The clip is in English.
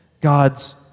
God's